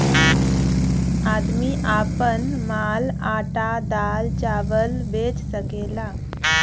आदमी आपन माल आटा दाल चावल बेच सकेला